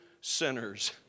sinners